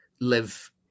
live